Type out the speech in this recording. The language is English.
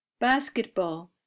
basketball